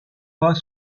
pas